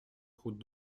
route